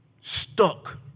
Stuck